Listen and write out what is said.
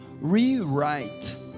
rewrite